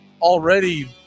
already